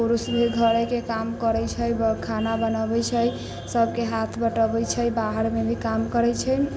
पुरुष भी घरे के काम करै छै खाना बनऽबै छै सबके हाथ बँटबै छै बाहर मे भी काम करै छै